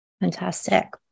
Fantastic